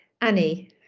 Annie